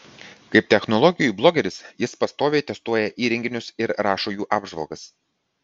kaip technologijų blogeris jis pastoviai testuoja įrenginius ir rašo jų apžvalgas